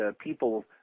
people